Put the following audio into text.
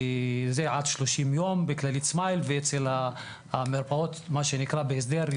עד 30 יום בכללית סמייל ואצל המרפאות בהסדר,